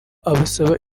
abasaba